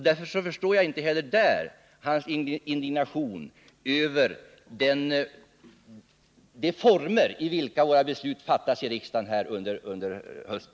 Därför förstår jag inte hans indignation över de former i vilka våra beslut fattats här i riksdagen under hösten.